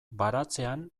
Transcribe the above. baratzean